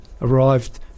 arrived